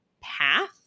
path